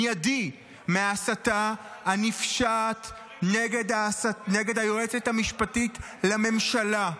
מיידי, מההסתה הנפשעת נגד היועצת המשפטית לממשלה.